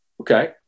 okay